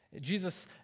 Jesus